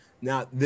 Now